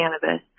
cannabis